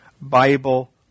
Bible